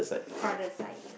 father side